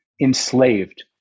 enslaved